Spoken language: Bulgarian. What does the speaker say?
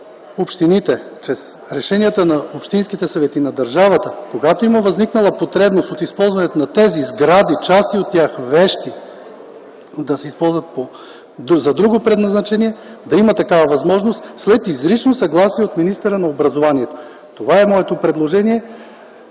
общините чрез решенията на общинските съвети, на държавата, когато има възникнала потребност от използването на тези сгради, части от тях или вещи да се използват за друго предназначение, след изрично съгласие от министъра на образованието, младежта и науката. Това е моето предложение.